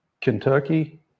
Kentucky